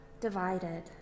divided